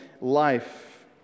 life